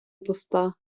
пуста